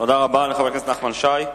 תודה רבה לחבר הכנסת נחמן שי.